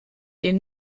den